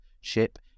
ship